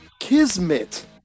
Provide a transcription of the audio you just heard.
kismet